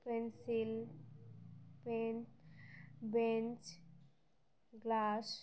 pencil pen bench glass